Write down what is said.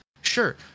sure